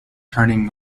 turning